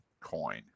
coin